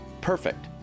Perfect